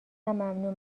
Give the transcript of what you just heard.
ممنون